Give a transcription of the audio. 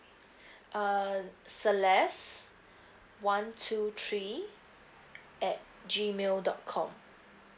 err celest one two three at G mail dot com